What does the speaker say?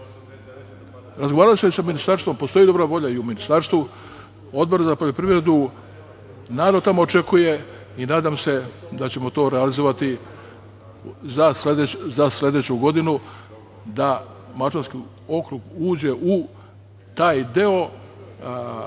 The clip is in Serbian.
70%.Razgovarali smo i sa Ministarstvom, postoji dobra volja i u ministarstvu, Odboru za poljoprivredu. Narod tamo očekuje i nadam se da ćemo to realizovati za sledeću godinu, da Mačvanski okrug uđe u taj deo